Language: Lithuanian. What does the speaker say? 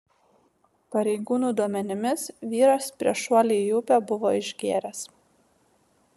pareigūnų duomenimis vyras prieš šuolį į upę buvo išgėręs